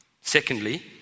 Secondly